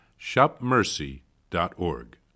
shopmercy.org